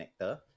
connector